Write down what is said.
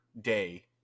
day